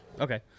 Okay